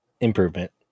Improvement